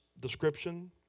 description